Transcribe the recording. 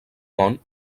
món